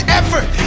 effort